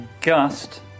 Gust